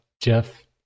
Jeff